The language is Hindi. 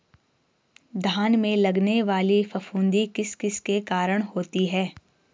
धान में लगने वाली फफूंदी किस किस के कारण होती है?